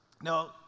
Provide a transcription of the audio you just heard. now